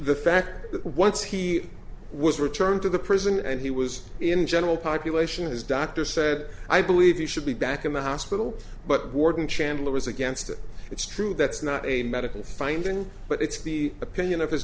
the fact that once he was returned to the prison and he was in general population his doctor said i believe he should be back in the hospital but warden chandler was against it it's true that's not a medical finding but it's the opinion of his